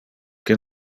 que